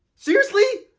seriously?